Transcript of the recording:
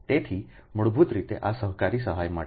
તેથી મૂળભૂત રીતે આ સહકારી સહાય માટે છે